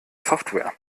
software